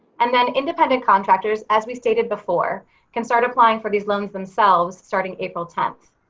and then, independent contractors as we stated before can start applying for these loans themselves starting april tenth.